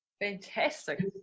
Fantastic